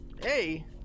Hey